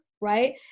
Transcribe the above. Right